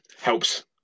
helps